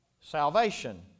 salvation